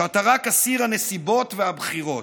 שאתה רק אסיר הנסיבות והבחירות.